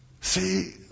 See